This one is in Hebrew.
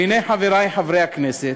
והנה, חברי חברי הכנסת,